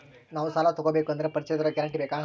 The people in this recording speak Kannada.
ನಾವು ಸಾಲ ತೋಗಬೇಕು ಅಂದರೆ ಪರಿಚಯದವರ ಗ್ಯಾರಂಟಿ ಬೇಕಾ?